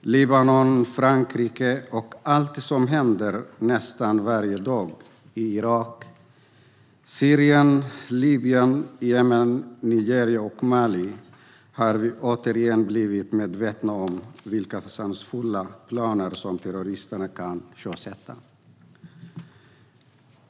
Libanon och Frankrike och med allt det som händer nästan varje dag i Irak, Syrien, Libyen, Jemen, Nigeria och Mali har vi återigen blivit medvetna om vilka fasansfulla planer som terroristerna kan sjösätta.